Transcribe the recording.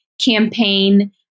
campaign